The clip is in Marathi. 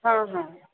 हा हा